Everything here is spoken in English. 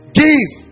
give